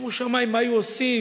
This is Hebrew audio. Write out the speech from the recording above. שומו שמים מה היו עושים,